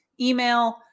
email